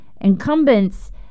incumbents